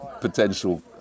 potential